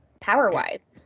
power-wise